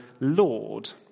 Lord